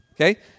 Okay